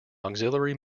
auxiliary